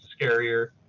scarier